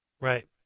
right